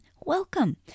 welcome